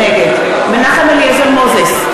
נגד מנחם אליעזר מוזס,